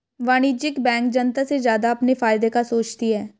वाणिज्यिक बैंक जनता से ज्यादा अपने फायदे का सोचती है